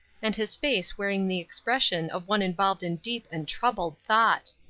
and his face wearing the expression of one involved in deep and troubled thought.